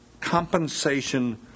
compensation